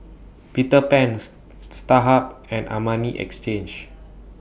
Peter Pans Starhub and Armani Exchange